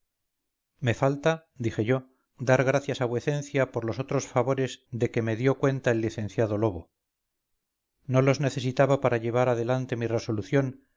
me falta dije yo dar las gracias a vuecencia por los otros favores de que me dio cuenta el licenciado lobo no los necesitaba para llevar adelante mi resolución